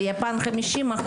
ביפן 50%,